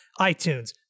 iTunes